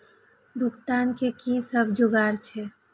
भुगतान के कि सब जुगार छे?